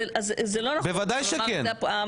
בוודאי שכן.